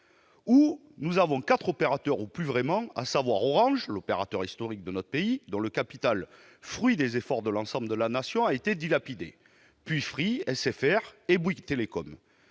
Nous avons quatre opérateurs : Orange, l'opérateur historique dans notre pays, dont le capital, fruit des efforts de l'ensemble de la Nation, a été dilapidé, Free, SFR et Bouygues Telecom.